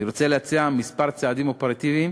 אני רוצה להציע כמה צעדים אופרטיביים